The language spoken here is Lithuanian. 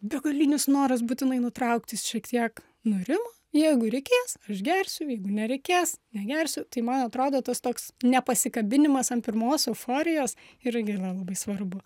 begalinis noras būtinai nutraukti šiek tiek nurimo jeigu reikės aš gersiu jeigu nereikės negersiu tai man atrodo tas toks nepasikabinimas ant pirmos euforijos ir yra labai svarbu